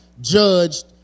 judged